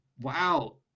wow